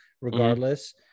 regardless